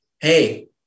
Hey